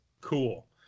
Cool